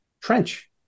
trench